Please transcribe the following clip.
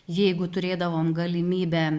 jeigu turėdavom galimybę